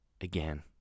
again